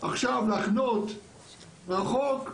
לחנות רחוק ולהגיע.